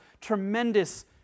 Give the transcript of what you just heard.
tremendous